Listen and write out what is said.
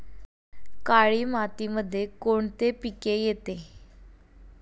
काळी मातीमध्ये कोणते पिके येते?